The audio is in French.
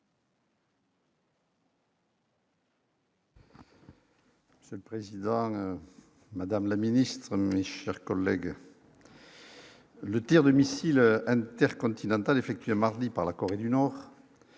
C'est le président, madame la ministre, chers collègues. Le Tir de missiles InterContinental effectuée mardi par la Corée du Nord